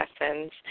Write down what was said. lessons